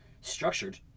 structured